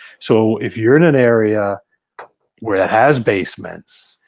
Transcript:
so if you're in an area where it has basements,